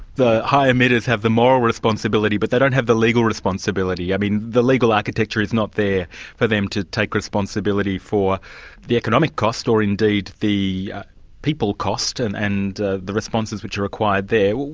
the high emitters have the moral responsibility, but they don't have the legal responsibility. i mean, the legal architecture is not there for them to take responsibility for the economic cost or indeed the people cost, and and the the responses which are required there.